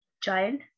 child